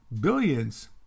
Billions